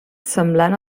semblant